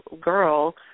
girl